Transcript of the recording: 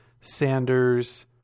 Sanders